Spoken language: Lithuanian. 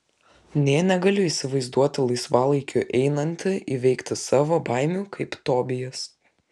nė negaliu įsivaizduoti laisvalaikiu einanti įveikti savo baimių kaip tobijas